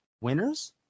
winners